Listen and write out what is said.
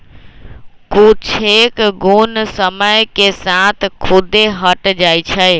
कुछेक घुण समय के साथ खुद्दे हट जाई छई